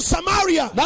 Samaria